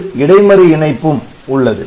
ஒரு இடைமறி இணைப்பும் உள்ளது